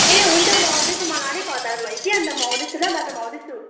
ए हुन्छ म आउँदैछु मलाई अलिक हतार भयो कि अन्त म आउँदैछु ल बाटोमा आउँदैछु